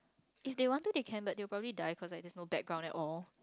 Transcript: if they want to they can but they will probably die cause like there's no background at all